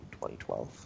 2012